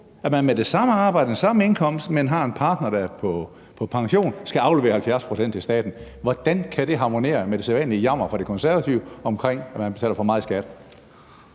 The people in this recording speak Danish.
at man med det samme arbejde og med den samme indkomst, men hvor man har en partner, der er på pension, skal aflevere 70 pct. til staten. Hvordan kan det harmonere med det sædvanlige jammer fra Det Konservative Folkeparti om, at man betaler for meget i skat?